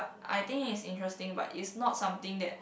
I think is interesting but is not something that